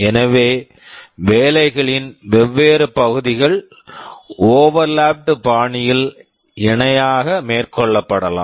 எனவே வேலைகளின் வெவ்வேறு பகுதிகள் ஓவர்லாப்ட் overlapped பாணியில் இணையாக மேற்கொள்ளப்படலாம்